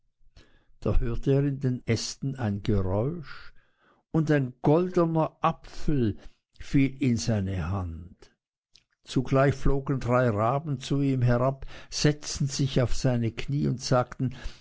da hörte er in den ästen ein geräusch und ein goldener apfel fiel in seine hand zugleich flogen drei raben zu ihm herab setzten sich auf seine knie und sagten